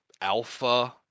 alpha